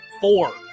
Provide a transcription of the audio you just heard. four